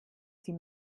sie